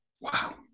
wow